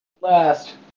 last